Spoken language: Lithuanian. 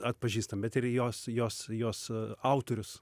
atpažįstam bet ir jos jos jos autorius